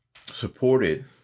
supported